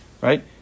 right